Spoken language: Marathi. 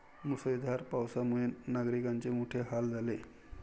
मुसळधार पावसामुळे नागरिकांचे मोठे हाल झाले